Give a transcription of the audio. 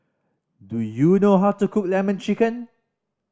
do you know how to cook Lemon Chicken